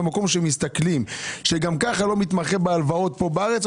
במקום שמסתכלים שגם ככה לא מתמחה בהלוואת פה בארץ,